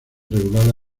regulada